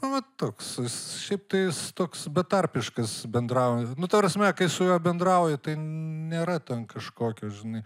nu vat toks jis šiaip tai jis toks betarpiškas bendrauja nu ta prasme kai su juo bendrauji tai nėra ten kažkokio žinai